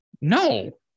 no